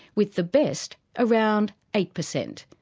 with the best around eight percent.